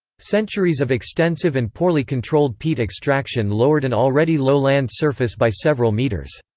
centuries of extensive and poorly controlled peat extraction lowered an already low land surface by several metres.